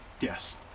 Yes